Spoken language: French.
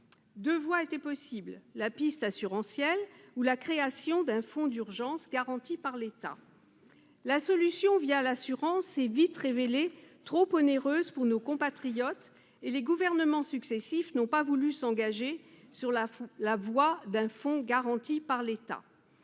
Deux voies étaient possibles : la piste assurantielle ou la création d'un fonds d'urgence garanti par l'État. La solution l'assurance s'est vite révélée trop onéreuse pour nos compatriotes et les gouvernements successifs n'ont pas voulu s'engager sur la voie d'un fonds garanti par l'État.